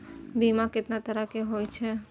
बीमा केतना तरह के हाई छै?